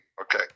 okay